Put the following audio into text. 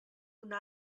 una